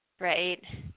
right